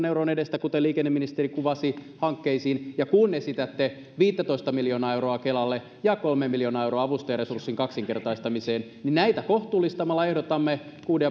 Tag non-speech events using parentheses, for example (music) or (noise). (unintelligible) euron edestä hankkeisiin kuten liikenneministeri kuvasi ja kun esitätte viittätoista miljoonaa euroa kelalle ja kolmea miljoonaa euroa avustajaresurssin kaksinkertaistamiseen näitä kohtuullistamalla ehdotamme kuuden (unintelligible)